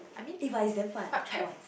eh but it's damn fun I tried once